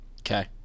Okay